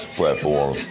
platform